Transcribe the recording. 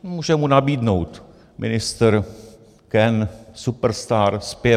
Můžu mu nabídnout ministr, Ken, Superstar, Zpěvák.